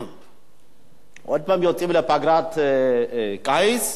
עוד הפעם יוצאים לפגרת קיץ.